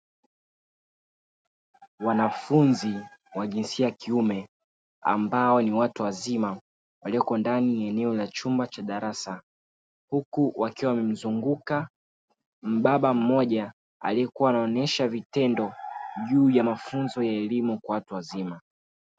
Wanafunzi wa jinsia ya kiume, ambao ni watu wazima walioko ndani ya eneo la chumba cha darasa, huku wakiwa wamemzunguka mbaba mmoja aliyekuwa anaonyesha vitendo juu ya mafunzo ya elimu kwa watu wazima.